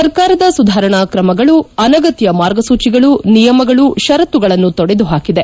ಸರ್ಕಾರದ ಸುಧಾರಣಾ ತ್ರಮಗಳು ಅನಗತ್ನ ಮಾರ್ಗಸೂಚಿಗಳು ನಿಯಮಗಳು ಪರತ್ತುಗಳನ್ನು ತೊಡೆದು ಹಾಕಿದೆ